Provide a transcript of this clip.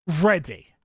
ready